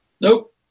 Nope